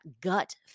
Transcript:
gut